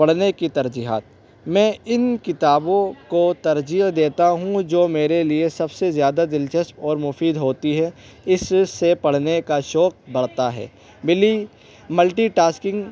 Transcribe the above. پڑھنے کی ترجیحات میں ان کتابوں کو ترجیح دیتا ہوں جو میرے لیے سب سے زیادہ دلچسپ اور مفید ہوتی ہے اس سے پڑھنے کا شوق بڑھتا ہے ملی ملٹی ٹاسکنگ